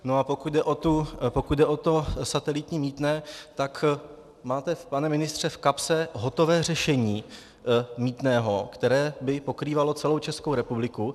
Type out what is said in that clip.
A pokud jde o to satelitní mýtné, tak máte, pane ministře, v kapse hotové řešení mýtného, které by pokrývalo celou Českou republiku.